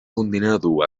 condenado